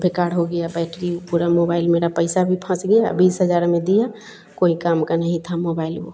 बेकार हो गया बैटरी पूरा मोबाइल मेरा पैसा भी फंस गया बीस हज़ार में दिया कोई काम का नहीं था मोबाइल वह